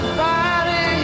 body